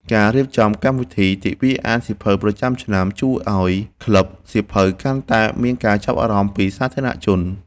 ការរៀបចំកម្មវិធី ទិវាអានសៀវភៅប្រចាំឆ្នាំ ជួយឱ្យក្លឹបសៀវភៅកាន់តែមានការចាប់អារម្មណ៍ពីសាធារណជន។